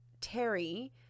terry